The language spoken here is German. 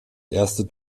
erste